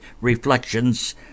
Reflections